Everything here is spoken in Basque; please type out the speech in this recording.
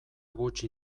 gutxi